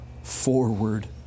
forward